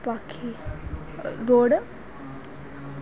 road